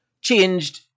changed